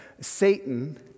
Satan